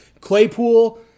Claypool